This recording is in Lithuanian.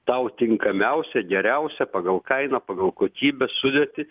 tau tinkamiausią geriausią pagal kainą pagal kokybę sudėtį